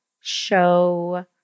show